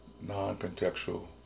non-contextual